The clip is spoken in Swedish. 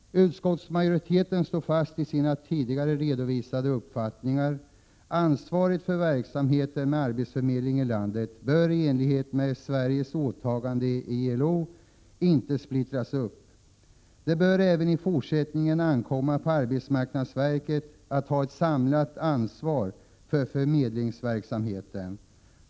Utskottsmajoriteten står fast vid sina tidigare redovisade uppfattningar. Ansvaret för verksamheten med arbetsförmedling i landet bör, i enlighet med Sveriges åtagande i ILO, inte splittras upp. Det bör även i fortsättningen ankomma på arbetsmarknadsverket att ha ett samlat ansvar för förmedlingsverksamheten.